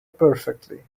perfectly